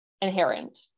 inherent